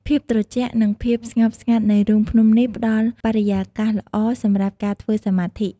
ភាពត្រជាក់ និងភាពស្ងប់ស្ងាត់នៃរូងភ្នំនេះផ្តល់បរិយាកាសល្អសម្រាប់ការធ្វើសមាធិ។